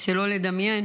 שלא לדמיין